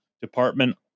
department